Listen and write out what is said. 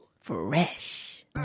Fresh